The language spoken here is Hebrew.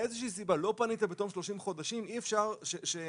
אם מאיזו שהיא סיבה לא פנית בתום 30 חודשים אי אפשר שהאגף